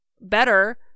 better